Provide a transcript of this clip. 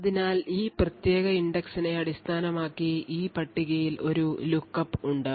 അതിനാൽ ഈ പ്രത്യേക index നെ അടിസ്ഥാനമാക്കി ഈ പട്ടികയിൽ ഒരു lookup ഉണ്ട്